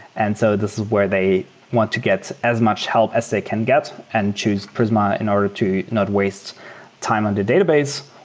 and so this is where they want to get as much help as they can get and choose prisma in order to not waste time on their database,